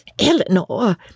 Eleanor